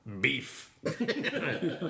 Beef